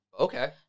Okay